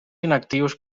inactius